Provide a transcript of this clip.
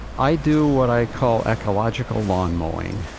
i do what i call ecological lawn-mowing.